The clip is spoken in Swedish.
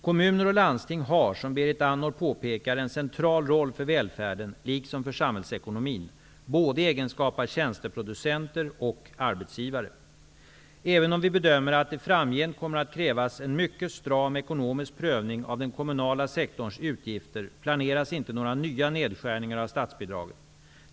Kommuner och landsting har, som Berit Andnor påpekar, en central roll för välfärden liksom för samhällsekonomin i egenskap av både tjänsteproducenter och arbetsgivare. Även om vi bedömer att det framgent kommer att krävas en mycket stram ekonomisk prövning av den kommunala sektorns utgifter, planeras inte några nya nedskärningar av statsbidragen.